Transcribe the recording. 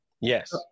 Yes